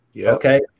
Okay